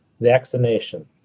vaccination